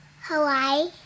Hawaii